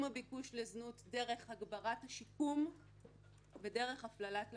הביקוש לזנות דרך הגברת השיקום ודרך הפללת לקוחות.